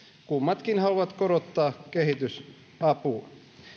kummatkin haluavat korottaa kehitysapua